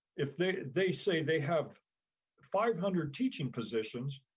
if they they say they have five hundred teaching positions,